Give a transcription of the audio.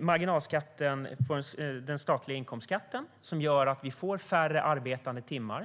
marginalskatten på den statliga inkomstskatten, vilket gör att vi får färre arbetade timmar.